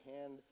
hand